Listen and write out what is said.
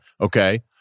Okay